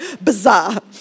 bizarre